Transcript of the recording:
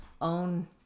own